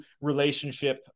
relationship